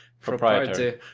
Proprietary